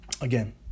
again